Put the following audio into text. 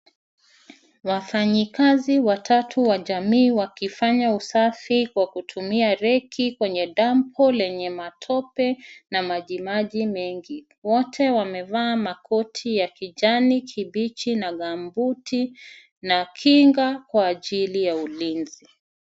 Wafanyikazi watatu wa jamii wakifanya usafi kwa kutumia reki kwenye dampu lenye matope na maji maji mengi. Wote wamevaa makoti ya kijani kibichi na gambuti na kinga kwa ajili ya ulinzi.